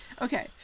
Okay